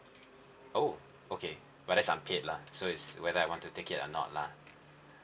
oh okay but that's unpaid lah so it's whether I want to take it or not lah